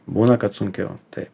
būna kad sunkiau taip